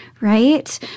right